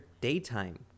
daytime